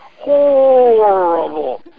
Horrible